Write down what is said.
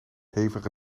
hevige